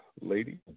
Lady